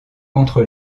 contre